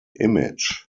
image